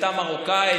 מבטא מרוקאי,